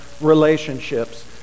relationships